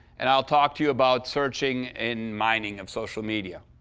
and i'll talk to you about searching and mining of social media.